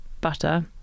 butter